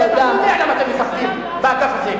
אתה יודע למה אתם מפחדים באגף הזה.